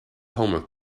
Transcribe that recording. homework